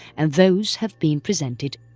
and those have been presented.